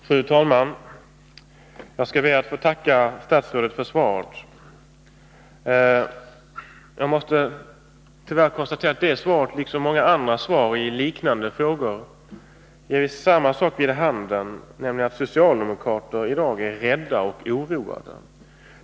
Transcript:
Fru talman! Jag ber att få tacka statsrådet för svaret. Tyvärr måste jag konstatera att det svaret liksom många andra svar i liknande frågor ger vid handen att socialdemokrater i dag är rädda och oroade.